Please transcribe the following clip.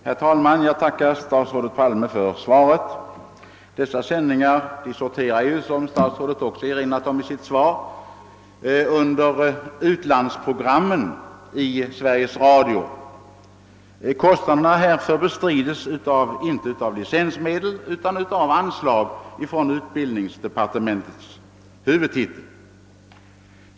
Herr talman! Jag tackar statsrådet Palme för svaret på min fråga. Som statsrådet erinrade om i sitt svar sorterar radions s.k. missionärssändningar under utlandsprogrammen i Sveriges Radio. Kostnaderna härför bestrides inte av licensmedel utan av anslag från utbildningsdepartementets huvudtitel.